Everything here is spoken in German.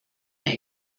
mehr